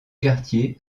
quartier